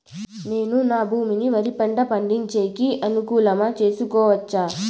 నేను నా భూమిని వరి పంట పండించేకి అనుకూలమా చేసుకోవచ్చా?